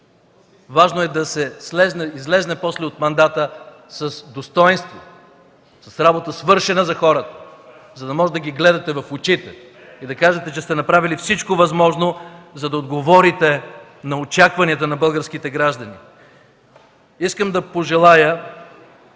Важно е да се излезе после от мандата с достойнство, със свършена за хората работа, за да може да ги гледате в очите и да кажете, че сте направили всичко възможно, за да отговорите на очакванията на българските граждани. Искам да пожелая